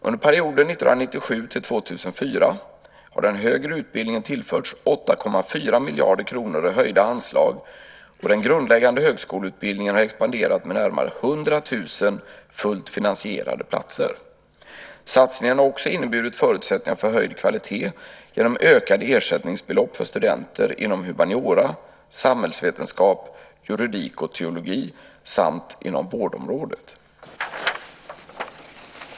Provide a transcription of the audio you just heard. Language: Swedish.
Under perioden 1997-2004 har den högre utbildningen tillförts 8,4 miljarder kronor i höjda anslag, och den grundläggande högskoleutbildningen har expanderat med närmare 100 000 fullt finansierade platser. Satsningen har också inneburit förutsättningar för höjd kvalitet genom ökade ersättningsbelopp för studenter inom humaniora, samhällsvetenskap, juridik och teologi samt inom vårdområdet.